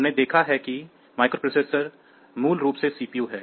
हमने देखा है कि माइक्रोप्रोसेसर मूल रूप से सीपीयू हैं